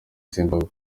zimbabwe